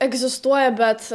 egzistuoja bet